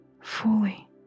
fully